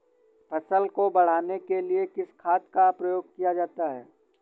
फसल को बढ़ाने के लिए किस खाद का प्रयोग किया जाता है?